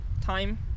time